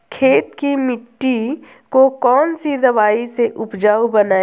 खेत की मिटी को कौन सी दवाई से उपजाऊ बनायें?